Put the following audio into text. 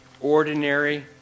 ordinary